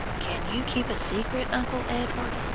can you keep a secret, uncle edward?